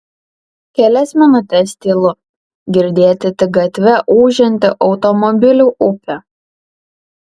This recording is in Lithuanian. kelias minutes tylu girdėti tik gatve ūžianti automobilių upė